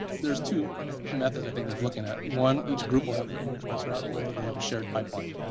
there's two methods i think they're looking at. one, each group will have their own express route or they have a shared pipeline.